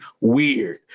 weird